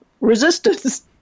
resistance